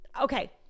okay